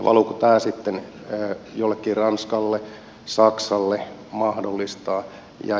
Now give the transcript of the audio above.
valuuko tämä sitten jollekin ranskalle saksalle mahdollisesti